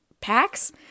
packs